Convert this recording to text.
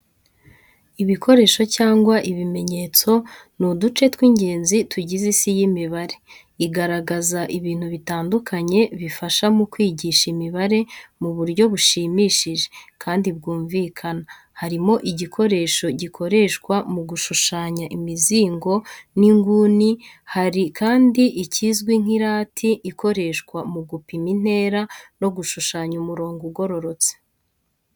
Ibikoresho cyangwa ibimenyetso n’uduce tw’ingenzi tugize Isi y’imibare. Igaragaza ibintu bitandukanye bifasha mu kwigisha imibare mu buryo bushimishije kandi bwumvikana. Harimo igikoresho gikoreshwa mu gushushanya imizingo n'inguni, hari kandi ikizwi nk'irati ikoreshwa mu gupima intera no gushushanya umurongo ugororotse.